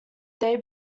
day